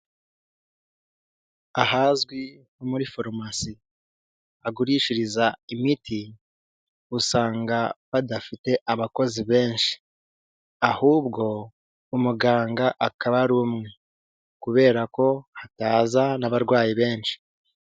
Ahazwi nko muri farumasi bagurishiriza imiti usanga badafite abakozi benshi, ahubwo umuganga akaba ari umwe kubera ko hataza n'abarwayi benshi.